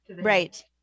Right